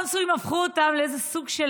הפכו אותם לסוג של